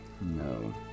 No